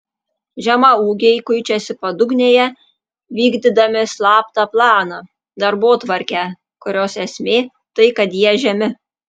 žemaūgiai kuičiasi padugnėje vykdydami slaptą planą darbotvarkę kurios esmė tai kad jie žemi